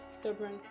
stubborn